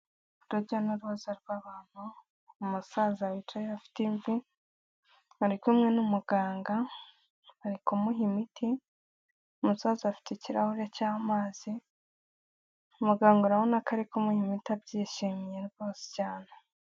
Urujya n'uruza rw'abantu umusaza wicaye afite imvi bari kumwe n'umuganga arimuha imiti umusaza afite ikirahure cy'amazi muganga urabona ko ari kumuha imiti abyishimiye rwose cyane.